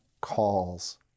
calls